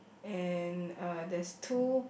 and uh there's two